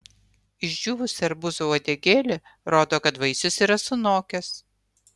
išdžiūvusi arbūzo uodegėlė rodo kad vaisius yra sunokęs